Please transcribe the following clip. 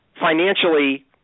financially